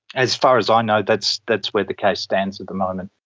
as far as i know, that's that's where the case stands at the moment.